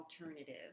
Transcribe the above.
alternative